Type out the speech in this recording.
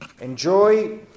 Enjoy